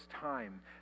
time